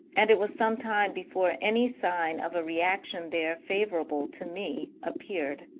and it was some time before any sign of a reaction there favourable to me appeared.